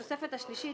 בתוספת השלישית,